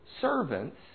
servants